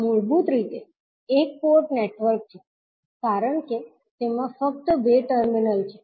આ મૂળભૂત રીતે એક પોર્ટ નેટવર્ક છે કારણ કે તેમાં ફક્ત બે ટર્મિનલ છે